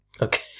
Okay